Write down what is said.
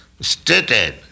stated